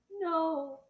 no